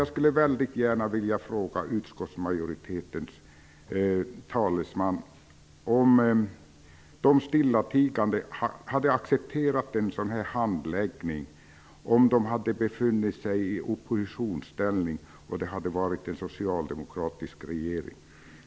Jag skulle väldigt gärna vilja fråga utskottsmajoritetens talesman om de borgerliga stillatigande hade accepterat en sådan handläggning om de hade befunnit sig i oppositionsställning och det varit en socialdemokratisk regering.